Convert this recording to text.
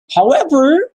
however